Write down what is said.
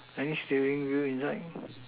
any steering wheels inside